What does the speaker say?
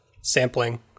sampling